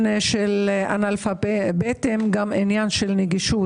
של אנאלפאביתים גם עניין של נגישות.